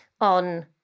on